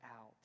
out